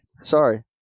Sorry